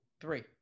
three